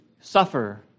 suffer